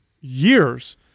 years